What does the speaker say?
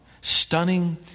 Stunning